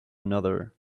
another